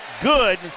good